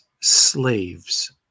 slaves